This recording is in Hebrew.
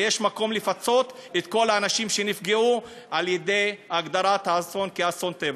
ויש מקום לפצות את כל האנשים שנפגעו על-ידי הגדרת האסון כאסון טבע.